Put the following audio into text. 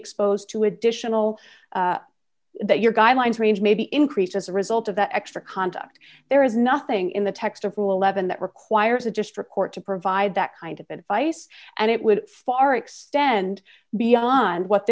exposed to additional that your guidelines range may be increased as a result of the extra conduct there is nothing in the text of ruhleben that requires a district court to provide that kind of advice and it would far extend beyond what